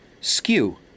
skew